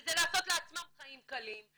וזה לעשות לעצמם חיים קלים.